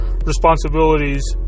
responsibilities